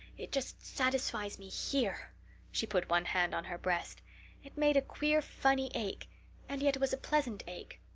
it just satisfies me here she put one hand on her breast it made a queer funny ache and yet it was a pleasant ache.